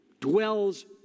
dwells